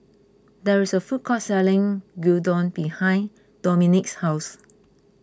there is a food court selling Gyudon behind Dominque's house